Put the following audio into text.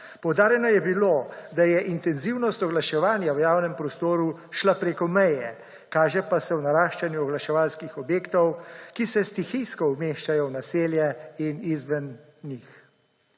Poudarjeno je bilo, da je intenzivnost oglaševanja v javnem prostoru šla preko meje, kaže pa se v naraščanju oglaševalskih objektov, ki se stihijsko umeščajo v naselja in izven njih.